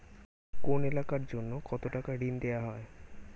কোন এলাকার জন্য কত টাকা ঋণ দেয়া হয়?